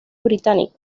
británico